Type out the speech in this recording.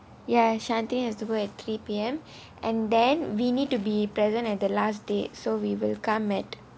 ya shanthini has to go at three P_M and then we need to be present at the last date so we will come at